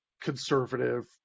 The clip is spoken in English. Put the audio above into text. conservative